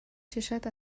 چشات